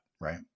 right